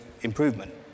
improvement